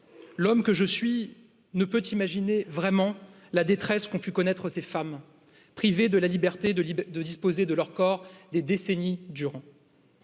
l'homme que je suis ne peut imaginer vraiment la détresse qu'ont pu connaître ces femmes privées de la liberté de disposer de leur corps des décennies durant